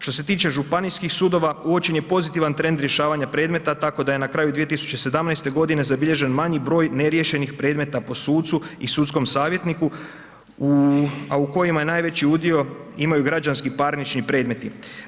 Što se tiče županijskih sudova uočen je pozitivan trend rješavanja predmeta tako da je na kraju 2017. godine zabilježen manji broj neriješenih predmeta po sucu i sudskom savjetniku, a u kojima najveći udio imaju građanski parnični predmeti.